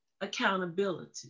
accountability